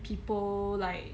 people like